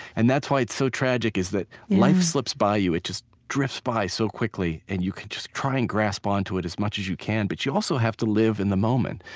and that's why it's so tragic, is that life slips by you. it just drifts by so quickly, and you can just try and grasp onto it as much as you can, but you also have to live in the moment.